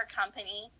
company